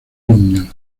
niños